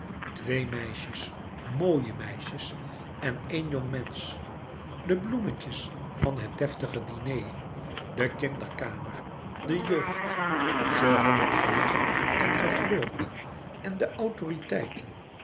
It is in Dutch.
twee meisjes mooie meisjes en éen jongmensch de bloemetjes van het deftige diner de kinderkamer de jeugd ze hadden gelachen en geflirt en de autoriteiten